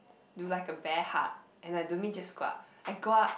do like a bear hug and I don't mean just go up I go up